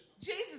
Jesus